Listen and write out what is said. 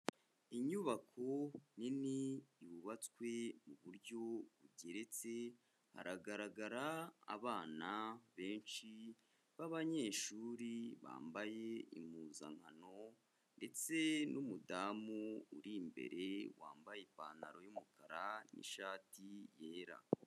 Inyubako nini yubatswe mu buryo bugereritse, hagaragara abana benshi b'abanyeshuri bambaye impuzankano ndetse n'umudamu uri imbere wambaye ipantaro y"umukara n'ishati yera.